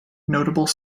notable